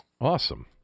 Awesome